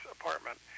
apartment